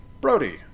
brody